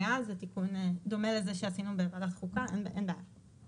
בעצם זה הסעיף היחיד בחוק שמאפשר לקבוע תקנות המגבילות יציאה מישראל.